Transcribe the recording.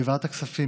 בוועדת הכספים,